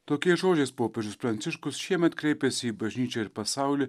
tokiais žodžiais popiežius pranciškus šiemet kreipėsi į bažnyčią ir pasaulį